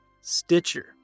stitcher